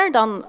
Dan